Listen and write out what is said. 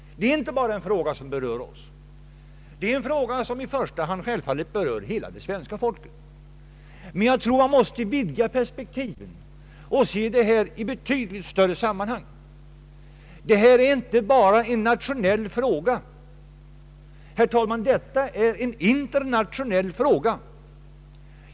Det är inte bara en fråga som berör oss, det är en fråga som i första hand självfallet berör hela det svenska folket. Men jag tror man måste vidga perspektiven och se det här i betydligt större sammanhang. Detta är inte bara en nationell fråga, herr talman, detta är en internationell fråga.